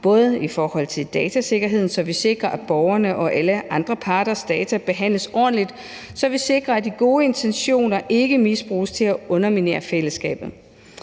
både i forhold til datasikkerheden, så vi sikrer, at borgernes og alle andre parters data behandles ordentligt, og så vi sikrer, at de gode intentioner ikke misbruges til at underminere fællesskabet.